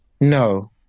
no